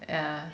yeah